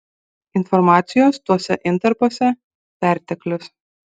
informacijos tuose intarpuose perteklius